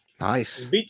Nice